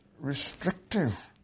restrictive